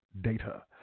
data